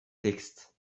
texte